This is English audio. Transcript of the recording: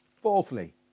Fourthly